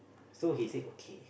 so he said okay